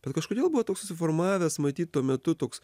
bet kažkodėl buvo toks susiformavęs matyt tuo metu toks